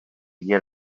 get